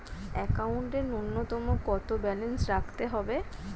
একাউন্টে নূন্যতম কত ব্যালেন্স রাখতে হবে?